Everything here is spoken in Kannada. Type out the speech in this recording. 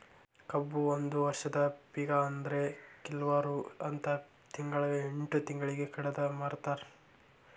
ಕಬ್ಬು ಒಂದ ವರ್ಷದ ಪಿಕ ಆದ್ರೆ ಕಿಲ್ವರು ಹತ್ತ ತಿಂಗ್ಳಾ ಎಂಟ್ ತಿಂಗ್ಳಿಗೆ ಕಡದ ಮಾರ್ತಾರ್